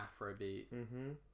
Afrobeat